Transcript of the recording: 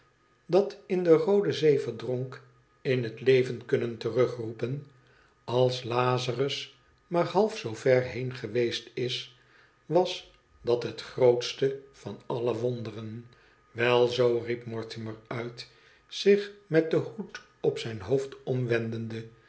dat in de roode zee verdronk in het leven kunnen terugroepen als lazarus maar half zoo ver heen geweest is was dat het grootste van alle wonderen wel zoo riep mortimer uit zich met den hoed op zijn hoofd